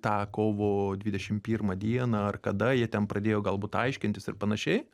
tą kovo dvidešimt pirmą dieną ar kada jie ten pradėjo galbūt aiškintis ir panašiai